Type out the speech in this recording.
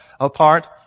apart